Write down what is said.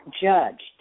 judged